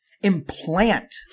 implant